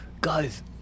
Guys